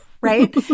right